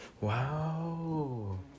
Wow